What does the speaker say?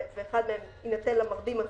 ואחד מהם יינתן למרדים הזה.